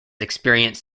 experienced